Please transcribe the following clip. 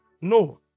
No